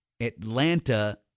Atlanta